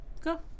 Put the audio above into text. go